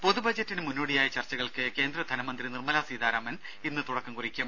രുര പൊതു ബജറ്റിന് മുന്നോടിയായ ചർച്ചകൾക്ക് കേന്ദ്ര ധനമന്ത്രി നിർമ്മല സീതാരാമൻ ഇന്ന് തുടക്കം കുറിക്കും